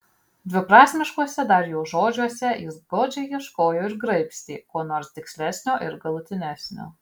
dviprasmiškuose dar jo žodžiuose jis godžiai ieškojo ir graibstė ko nors tikslesnio ir galutinesnio